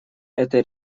этой